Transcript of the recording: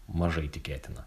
mažai tikėtina